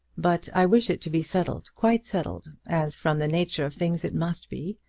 but i wish it to be settled quite settled, as from the nature of things it must be,